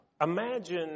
imagine